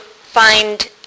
find